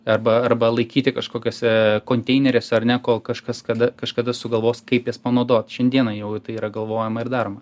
arba arba laikyti kažkokiuose konteineriuose ar ne kol kažkas kada kažkada sugalvos kaip jas panaudot šiandieną jau tai yra galvojama ir daroma